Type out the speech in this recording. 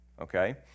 okay